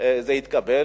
זה התקבל.